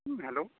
hello